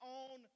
on